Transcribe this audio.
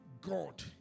God